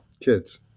kids